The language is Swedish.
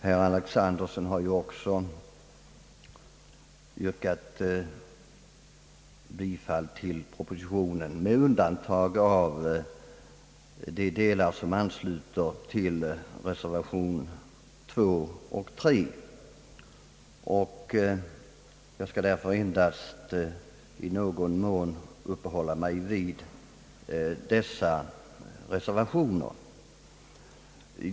Herr Alexanderson har också yrkat bifall till propositionen, med undantag av de delar som behandlas i reservationerna II och III. Jag skall därför i någon mån uppehålla mig vid dessa reservationer.